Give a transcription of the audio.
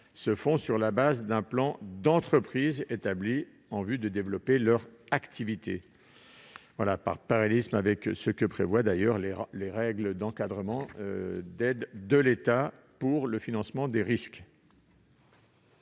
se font sur la base d'un plan d'entreprise établi en vue de développer l'activité, par parallélisme avec ce que prévoient les règles d'encadrement des aides d'État pour le financement des risques.